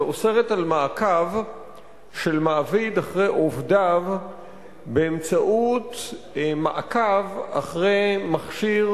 שאוסרת מעקב של מעביד אחרי עובדיו באמצעות מעקב אחרי מכשיר